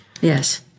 Yes